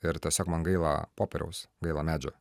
ir tiesiog man gaila popieriaus gaila medžio